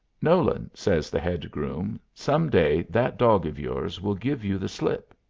nolan, says the head groom, some day that dog of yours will give you the slip.